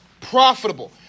profitable